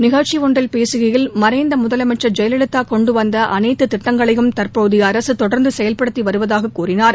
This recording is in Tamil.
நிகழ்ச்சி ஒன்றில் பேசுகையில் மறைந்த முதலமைச்சர் ஜெயலலிதா கொண்டு வந்த அனைத்து திட்டங்களையும் தற்போதைய அரசு தொடர்ந்து செயல்படுத்தி வருவதாக கூறினார்